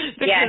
Yes